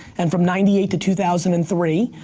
and from ninety eight to two thousand and three,